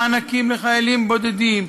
מענקים לחיילים בודדים.